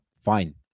Fine